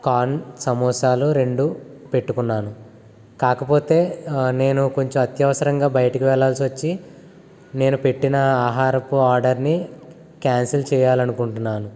corn సమోసాలు రెండు పెట్టుకున్నాను కాకపోతే నేను కొంచెం అత్యవసరంగా బయటకు వెళ్ళాల్సి వచ్చి నేను పెట్టిన ఆహారపు ఆర్డర్ని క్యాన్సల్ చేయాలని అనుకుంటున్నాను